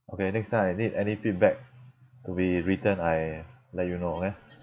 okay next time I need any feedback to be written I let you know ah